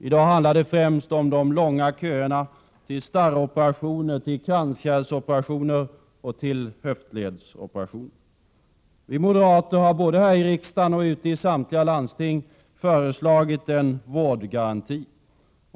I dag handlar det främst om de långa köerna till starroperationer, kranskärlsoperationer och höftledsoperationer. Vi moderater har både här i riksdagen och ute i samtliga landsting föreslagit en vårdgaranti.